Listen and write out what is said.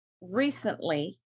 recently